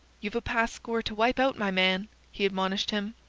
you've a past score to wipe out, my man! he admonished him.